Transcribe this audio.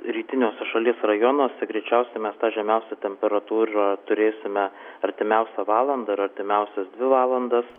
rytiniuose šalies rajonuose greičiausiai mes tą žemiausią temperatūrą turėsime artimiausią valandą ir artimiausias dvi valandas